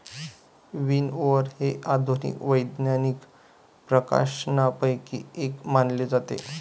विनओवर हे आधुनिक वैज्ञानिक प्रकाशनांपैकी एक मानले जाते